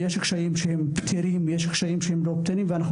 יש קשיים שהם פתירים ויש קשיים שלא פתירים ואנחנו